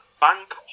bank